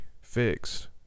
fixed